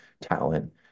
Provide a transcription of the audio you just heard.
talent